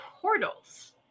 portals